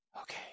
Okay